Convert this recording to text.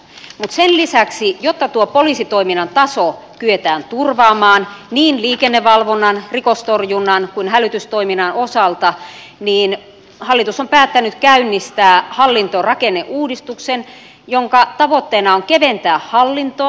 mutta sen lisäksi jotta tuo poliisitoiminnan taso kyetään turvaamaan niin liikennevalvonnan rikostorjunnan kuin hälytystoiminnan osalta hallitus on päättänyt käynnistää hallintorakenneuudistuksen jonka tavoitteena on keventää hallintoa